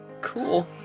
Cool